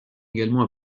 également